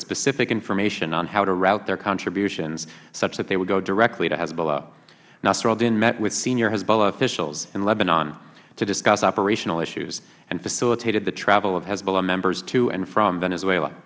specific information on how to route their contributions such that they would go directly to hezbollah nasr al din met with senior hezbollah officials in lebanon to discuss operational issues and facilitated the travel of hezbollah members to and from venezuela